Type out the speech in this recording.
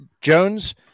Jones